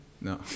No